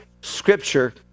scripture